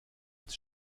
als